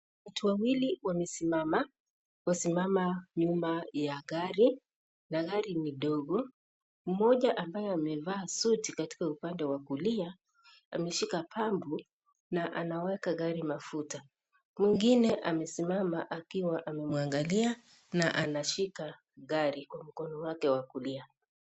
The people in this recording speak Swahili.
Watu wawili wamesimama nyuma ya gari na gari ni dogo. Mmoja ambaye amevaa suti katika upande wa kulia ameshika pampu na anaweka gari mafuta. Mwengine amesimama akiwa amemwangalia na anashika gari kwa mkono wake wa kulia.